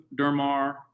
Dermar